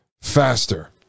faster